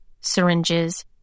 syringes